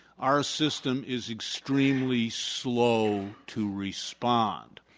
our system is extremely slow to respond.